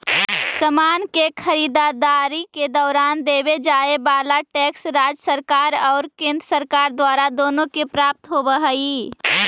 समान के खरीददारी के दौरान देवे जाए वाला टैक्स राज्य सरकार और केंद्र सरकार दोनो के प्राप्त होवऽ हई